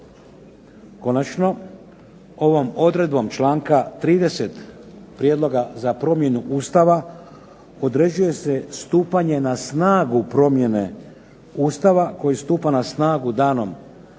konačno, ovom odredbom članka 30. Prijedloga za promjenu Ustava određuje se stupanje na snagu promjene Ustava koji stupa na snagu danom